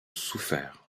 souffert